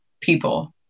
people